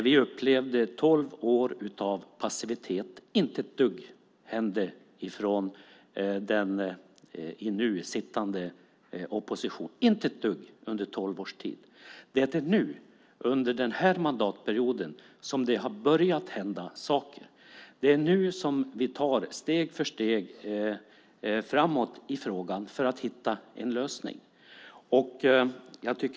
Vi upplevde tolv år av passivitet där ingenting hände från den nuvarande oppositionen, inte ett dugg under tolv års tid. Det är nu under den här mandatperioden som det börjar hända saker. Det är nu som vi tar steg för steg framåt i frågan för att hitta en lösning.